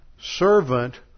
servant